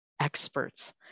experts